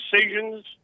decisions